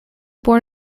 born